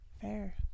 fair